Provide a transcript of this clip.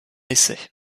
essai